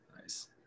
Nice